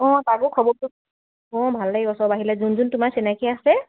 অঁ পাবো খবৰটো অঁ ভাল লাগিব চব আহিলে যোন যোন তোমাৰ চিনাকী আছে